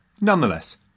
Nonetheless